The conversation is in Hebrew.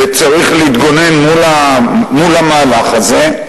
וצריך להתגונן מול המהלך הזה.